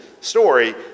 story